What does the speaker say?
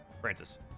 Francis